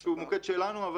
שהוא מוקד שלנו.